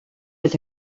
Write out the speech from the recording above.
with